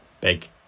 big